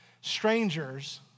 strangers